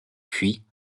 puis